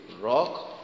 rock